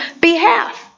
behalf